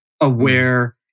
aware